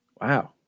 Wow